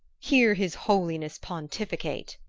hear his holiness pontificate!